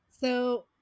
So-